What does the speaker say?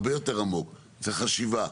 אנחנו עושים הרבה מאוד דברים מעבר למה שחויב עלינו.